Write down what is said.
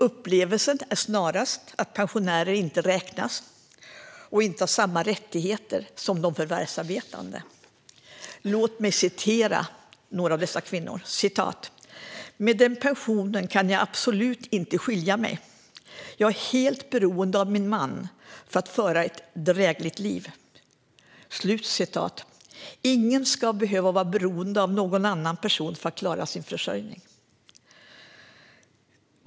Upplevelsen är snarast att pensionärer inte räknas och inte har samma rättigheter som de förvärvsarbetande. En av dessa kvinnor säger: Med den pensionen kan jag absolut inte skilja mig. Jag är helt beroende av min man för att föra ett drägligt liv. Ingen ska behöva vara beroende av en annan person för att klara sin försörjning.